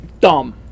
Dumb